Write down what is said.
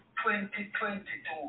2022